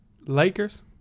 Lakers